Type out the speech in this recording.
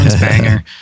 banger